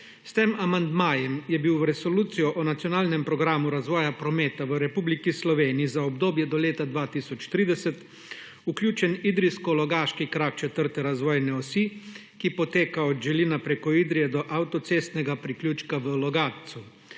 S tem amandmajem je bil v Resolucijo o nacionalnem programu razvoja prometa v Republiki Sloveniji za obdobje do leta 2030, vključen idrijsko logaški krak četrte razvojne osi, ki poteka od Želina preko Idrije do avtocestnega priključka v Logatcu.